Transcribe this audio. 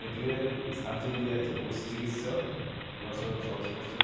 veterinary surgeon যে আছে পশু চিকিৎসক ওনার সংস্পর্শে